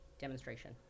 demonstration